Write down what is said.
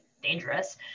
dangerous